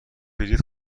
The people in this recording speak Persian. بلیط